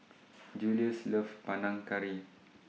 Juluis loves Panang Curry